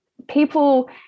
people